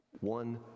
One